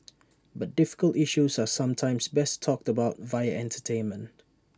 but difficult issues are sometimes best talked about via entertainment